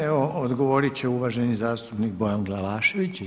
Evo odgovorit će uvaženi zastupnik Bojan Glavašević.